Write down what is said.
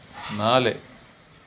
നാല്